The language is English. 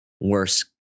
worse